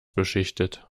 beschichtet